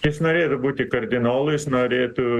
jis norėtų būti kardinolu jis norėtų